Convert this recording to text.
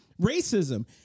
racism